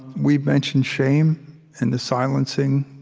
we've mentioned shame and the silencing,